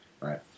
right